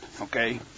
Okay